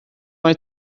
mae